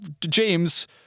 James